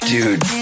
Dude